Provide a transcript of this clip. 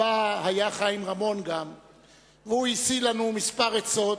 שהיה בה גם חיים רמון, והוא השיא לנו כמה עצות,